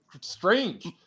strange